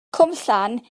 cwmllan